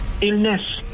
illness